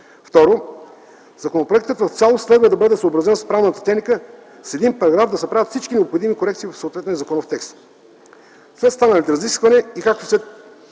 2. Законопроектът в цялост следва да бъде съобразен с правната техника “с един параграф да се правят всички необходими корекции в съответния законов текст”. След станалите разисквания и като взе